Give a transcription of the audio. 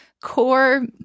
core